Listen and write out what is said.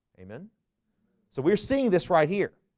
amen so we're seeing this right here